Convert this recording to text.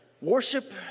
Worship